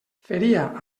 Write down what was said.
feria